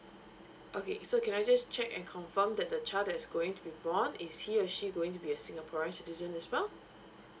okay so can I just check and confirm that the child that is going to be born is he or she going to be a singaporean citizen as well